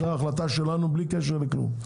זו החלטה שלנו בלי קשר לכלום.